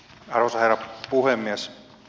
arvoisa herra puhemies